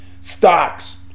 Stocks